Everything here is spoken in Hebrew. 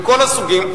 מכל הסוגים,